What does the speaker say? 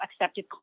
accepted